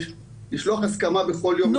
לשלוח הסכמה בכל יום מחדש?